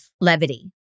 levity